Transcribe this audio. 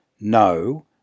no